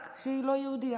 רק שהיא לא יהודייה,